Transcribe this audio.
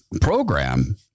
program